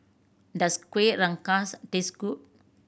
does Kueh Rengas taste good